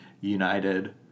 United